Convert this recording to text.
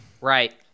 Right